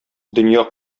дөнья